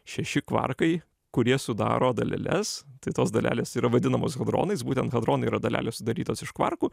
šeši kvarkai kurie sudaro daleles tai tos dalelės yra vadinamos hadronais būtent hadronai yra dalelės sudarytos iš kvarkų